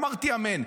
אמרתי "אמן".